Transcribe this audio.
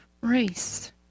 race